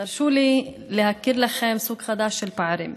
תרשו לי להכיר לכם סוג חדש של פערים.